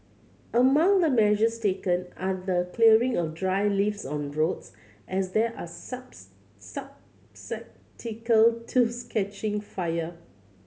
among the measures taken are the clearing of dry leaves on roads as there are subs to catching fire